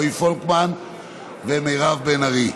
רועי פולקמן ומירב בן ארי.